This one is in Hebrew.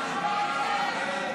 נגד?